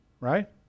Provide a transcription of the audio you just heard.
Right